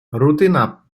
rutyna